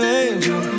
angel